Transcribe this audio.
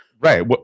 Right